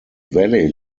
valley